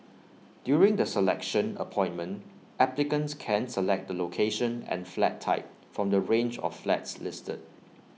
during the selection appointment applicants can select the location and flat type from the range of flats listed